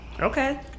Okay